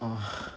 ah